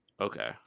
Okay